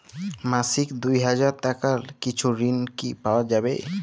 মাসিক দুই হাজার টাকার কিছু ঋণ কি পাওয়া যাবে?